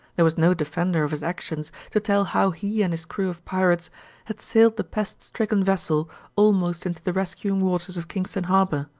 there was no defender of his actions to tell how he and his crew of pirates had sailed the pest-stricken vessel almost into the rescuing waters of kingston harbor.